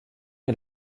est